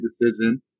decision